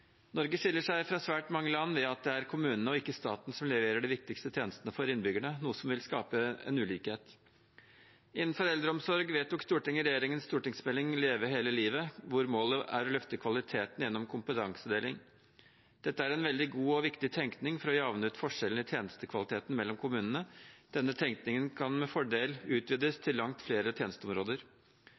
Norge skiller seg fra svært mange land ved at det er kommunene og ikke staten som leverer de viktigste tjenestene til innbyggerne, noe som vil skape ulikhet. Innen eldreomsorg vedtok Stortinget regjeringens stortingsmelding Leve hele livet, hvor målet er å løfte kvaliteten gjennom kompetansedeling. Dette er en veldig god og viktig tenkning for å jevne ut forskjellene i tjenestekvaliteten mellom kommunene, og denne tenkningen kan med fordel utvides til langt flere tjenesteområder.